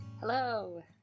Hello